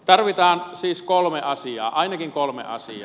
tarvitaan siis kolme asiaa ainakin kolme asiaa